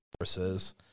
Forces